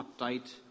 uptight